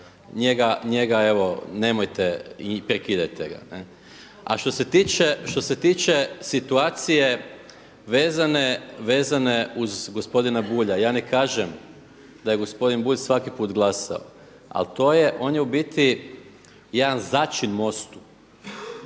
njega evo nemojte i prekidajte ga. A što se tiče situaciju vezane uz gospodina Bulja, ja ne kažem da je gospodin Bulj svaki put glasao ali to je, on je u biti jedan začin MOST-u,